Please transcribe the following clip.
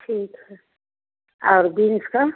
ठीक है और बीन्स का